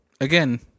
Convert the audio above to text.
Again